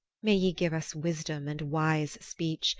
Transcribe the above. may ye give us wisdom, and wise speech,